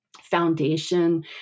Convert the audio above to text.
foundation